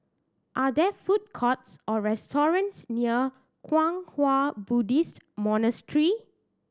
are there food courts or restaurants near Kwang Hua Buddhist Monastery